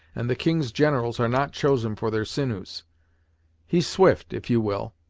and the king's generals are not chosen for their sinews he's swift, if you will,